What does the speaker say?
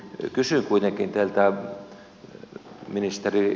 kysyn kuitenkin teiltä ministeri